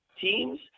teams